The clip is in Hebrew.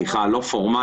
באמצעות שיחה לא פורמלית,